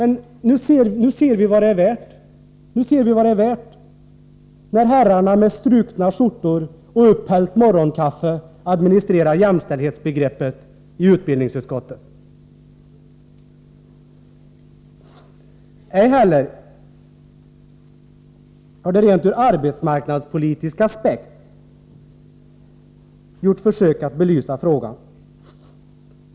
Nu ser vi vad det är värt, när herrarna med strukna skjortor och upphällt morgonkaffe administrerar jämställdhetsbegreppet i utbildningsutskottet. Ej heller har det gjorts försök att belysa frågan ur rent arbetsmarknadspolitisk aspekt.